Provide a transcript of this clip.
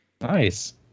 nice